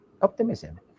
optimism